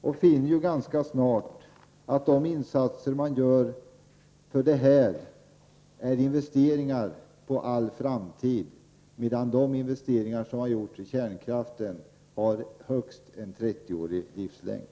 Då finner man ganska snart att sådana investeringar är investeringar för all framtid, medan investeringar som har gjorts i kärnkraften har en högst trettioårig livslängd.